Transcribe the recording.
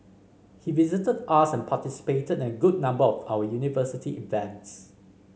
he visited us and participated in a good number of our university events